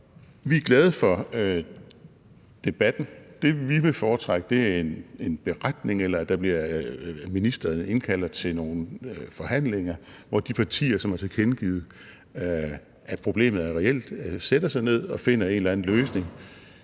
vi er glade for debatten. Det, vi vil foretrække, er en beretning, eller at ministeren indkalder til nogle forhandlinger, hvor de partier, som har tilkendegivet, at problemet er reelt, sætter sig ned og finder en eller anden løsning,